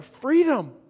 freedom